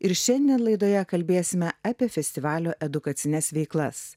ir šiandien laidoje kalbėsime apie festivalio edukacines veiklas